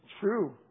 true